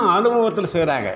அனுபவத்தில் செய்கிறாங்க